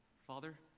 Father